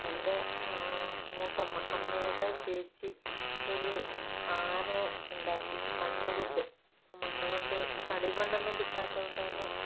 എൻ്റെ മൂത്തമ്മ അമ്മയുടെ ചേച്ചി ഒരു ആനയെ ഉണ്ടാക്കി മണ്ണുകൊണ്ട് മണ്ണുകൊണ്ട് കളിമണ്ണൊന്നും കിട്ടാത്തതുകൊണ്ടുതന്നെ